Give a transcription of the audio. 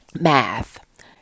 math